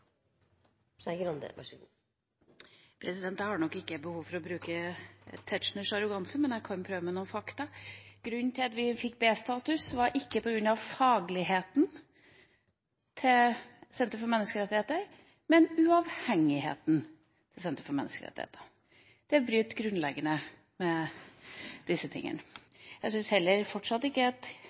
Skei Grande har hatt ordet to ganger tidligere og får ordet til en kort merknad, begrenset til 1 minutt. Jeg har ikke behov for å bruke Tetzschners arroganse, men jeg kan prøve med noen fakta. Grunnen til at vi fikk B-status, var ikke Norsk senter for menneskerettigheters faglighet, men på grunn av senterets uavhengighet. Det bryter grunnleggende med disse tingene. Jeg syns fortsatt ikke